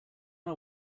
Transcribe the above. our